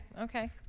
okay